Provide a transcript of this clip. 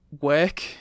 work